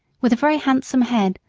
with a very handsome head,